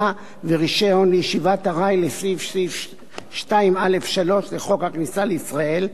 ורשיון לישיבת עראי לפי סעיף 2(א)(3) לחוק הכניסה לישראל,